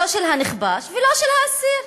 לא של הנכבש ולא של האסיר.